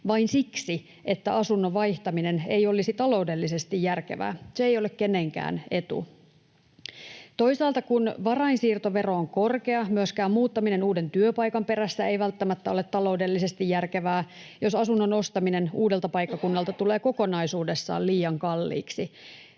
vain siksi, että asunnon vaihtaminen ei olisi taloudellisesti järkevää. Se ei ole kenenkään etu. Toisaalta, kun varainsiirtovero on korkea, myöskään muuttaminen uuden työpaikan perässä ei välttämättä ole taloudellisesti järkevää, jos asunnon ostaminen uudelta paikkakunnalta tulee kokonaisuudessaan liian kalliiksi.